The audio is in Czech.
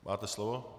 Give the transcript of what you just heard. Máte slovo.